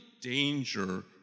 danger